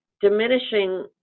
diminishing